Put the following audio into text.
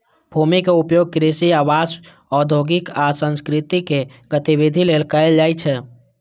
भूमिक उपयोग कृषि, आवास, औद्योगिक आ सांस्कृतिक गतिविधि लेल कैल जाइ छै